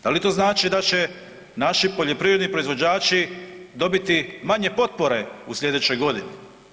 Da li to znači da će naši poljoprivredni proizvođači dobiti manje potpore u sljedećoj godini?